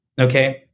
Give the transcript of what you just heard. Okay